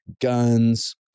guns